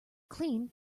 clean